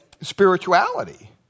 spirituality